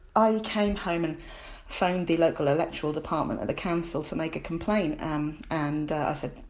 i came home and phoned the local electoral department at the council to make a complaint um and i said,